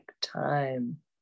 time